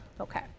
Okay